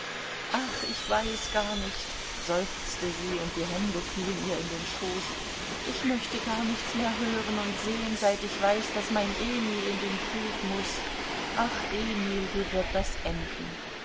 ach ich weiß gar nicht seufzte sie und die hände fielen ihr in den schoß ich möchte gar nichts mehr hören und sehen seit ich weiß daß mein emil in den krieg muß ach emil wie wird das enden